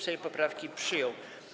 Sejm poprawki przyjął.